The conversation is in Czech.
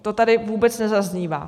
To tady vůbec nezaznívá.